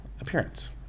appearance